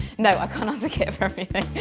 no, i can't answer kit for everything.